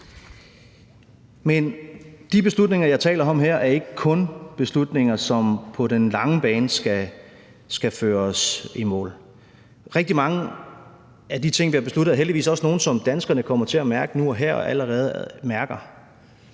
Men de beslutninger, jeg taler om her, er ikke kun beslutninger, som på den lange bane skal føre os i mål. Rigtig mange af de ting, vi har besluttet, er heldigvis også nogle, som danskerne kommer til at mærke nu og her og allerede mærker.